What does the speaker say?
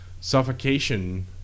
Suffocation